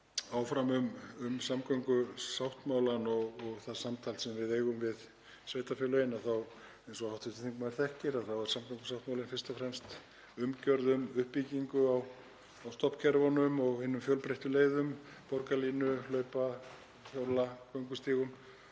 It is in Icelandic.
Áfram um samgöngusáttmálann og það samtal sem við eigum við sveitarfélögin. Eins og hv. þingmaður þekkir er samgöngusáttmálinn fyrst og fremst umgjörð um uppbyggingu á stofnkerfunum og hinum fjölbreyttu leiðum; borgarlínu, hlaupa-, hjóla- og göngustígum,